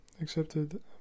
accepted